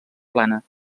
plana